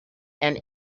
and